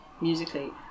musically